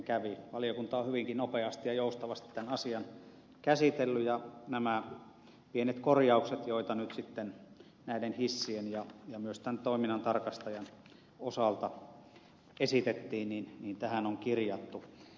valiokunta on hyvinkin nopeasti ja joustavasti tämän asian käsitellyt ja nämä pienet korjaukset joita nyt sitten näiden hissien ja myös tämän toiminnantarkastajan osalta esitettiin tähän on kirjattu